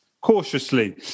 cautiously